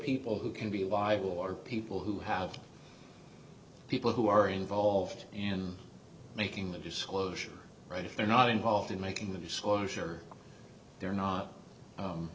people who can be liable are people who have people who are involved and making the disclosure right if they're not involved in making the disclosure they're not